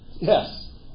Yes